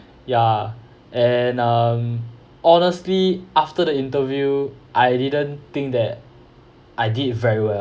ya and um honestly after the interview I didn't think that I did very well